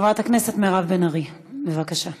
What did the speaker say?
חברת הכנסת מירב בן ארי, בבקשה.